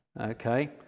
Okay